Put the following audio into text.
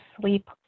sleep